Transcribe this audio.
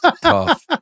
Tough